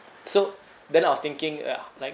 so then I was thinking uh like